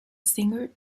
singer